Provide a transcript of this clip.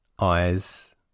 eyes